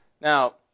Now